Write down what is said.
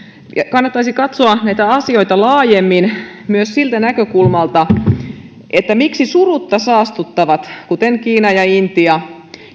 kannattaisi katsoa näitä asioita laajemmin myös siitä näkökulmasta miksi nämä samat surutta saastuttavat maat kuten kiina ja intia